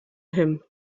him